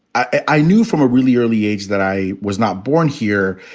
i knew from a really early age that i was not born here,